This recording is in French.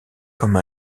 comme